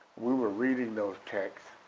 we were reading those texts,